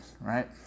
right